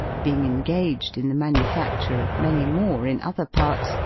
being engaged in the manufacture of many more in other parts,